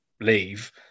leave